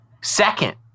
Second